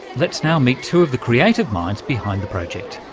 let's now meet two of the creative minds behind the project.